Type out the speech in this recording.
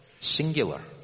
singular